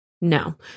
No